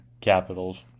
Capitals